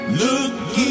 look